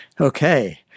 okay